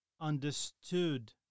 understood